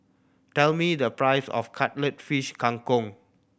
tell me the price of Cuttlefish Kang Kong